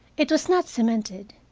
it was not cemented,